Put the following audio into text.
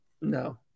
No